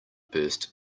burst